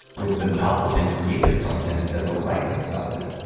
with the novel and creative content that the right excels in.